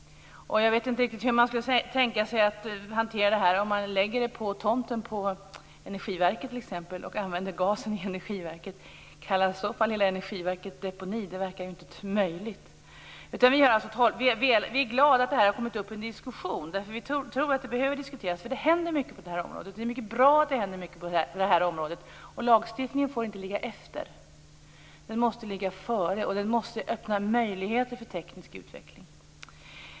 Jag vet inte riktigt hur man skall tänka sig att hantera det här. Man kan t.ex. lägga det på energiverkets tomt och använda gasen i energiverket. Det verkar ju inte möjligt att i så fall kalla hela energiverket för deponi. Vi miljöpartister är glada att detta har kommit upp till diskussion. Vi tror nämligen att det behöver diskuteras eftersom det händer mycket på området, vilket är bra. Lagstiftningen får inte ligga efter. Den måste ligga före, och den måste öppna möjligheter för teknisk utveckling.